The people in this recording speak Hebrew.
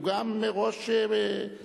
הוא גם ראש תנועה פוליטית.